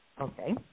Okay